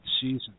season